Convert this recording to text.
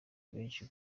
benshi